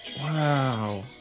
Wow